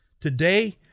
today